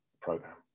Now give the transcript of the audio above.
program